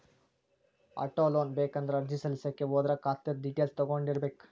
auto loan ಬೇಕಂದ್ರ ಅರ್ಜಿ ಸಲ್ಲಸ್ಲಿಕ್ಕೆ ಹೋದ್ರ ಖಾತಾದ್ದ್ ಡಿಟೈಲ್ಸ್ ತಗೊಂಢೊಗಿರ್ಬೇಕ್